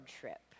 trip